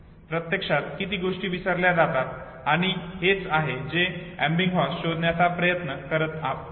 प्रत्यक्षात किती गोष्टी विसरल्या जातात आणि हे तेच आहे जे एबिंगहॉस शोधण्याचा प्रयत्न करत होते